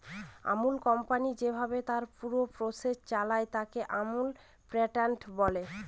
Amul company যেভাবে তার পুরো প্রসেস চালায়, তাকে আমুল প্যাটার্ন বলে